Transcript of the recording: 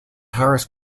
harris